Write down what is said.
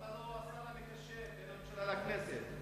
למה לא השר המקשר בין הממשלה לכנסת?